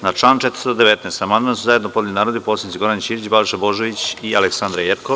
Na član 419. amandman su zajedno podneli narodni poslanici Goran Ćirić, Balša Božović i Aleksandra Jerkov.